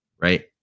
right